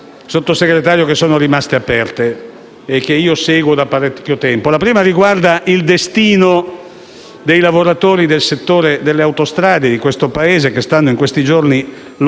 Sottosegretario, che sono rimaste aperte e che io seguo da parecchio tempo. La prima riguarda il destino dei lavoratori del settore delle autostrade di questo Paese, che in questi giorni stanno